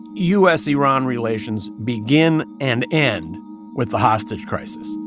u s iran relations begin and end with the hostage crisis.